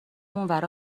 اونورا